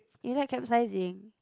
you like capsizing